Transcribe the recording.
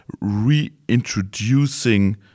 reintroducing